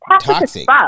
toxic